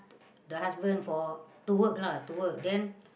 the husband for to work lah to work then